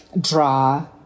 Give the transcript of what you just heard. draw